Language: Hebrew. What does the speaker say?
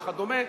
וכדומה.